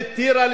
בטירה,